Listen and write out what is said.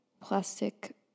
plastic